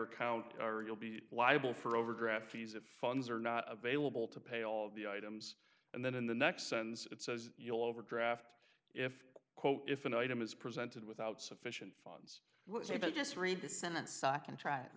account or you'll be liable for overdraft fees if funds are not available to pay all the items and then in the next sentence it says you'll overdraft if if an item is presented without sufficient funds which i just read the senate side contrac